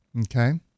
Okay